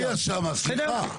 לא להפריע שם, סליחה.